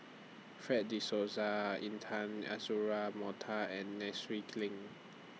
Fred De Souza Intan Azura Mokhtar and Nai Swee Leng